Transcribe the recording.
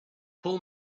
pull